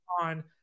on